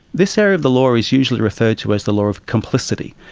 this area of the law is usually referred to as the law of complicity,